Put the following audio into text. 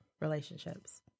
relationships